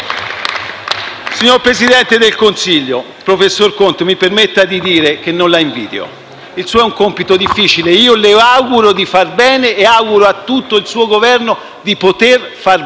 Signor presidente del Consiglio, professor Conte, mi permetta di dire che non la invidio: il suo è un compito difficile. Io le auguro di fare bene e auguro a tutto il suo Governo di poter fare bene.